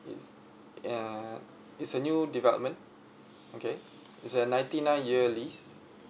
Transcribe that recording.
it's uh it's a new development okay it's a ninety nine year lease